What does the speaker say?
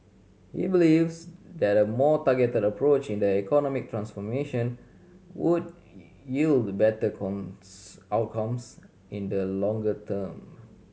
he believes that a more targeted approach in the economic transformation would yield better outcomes in the longer term